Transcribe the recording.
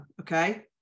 Okay